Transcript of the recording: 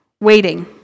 waiting